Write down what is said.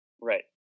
Right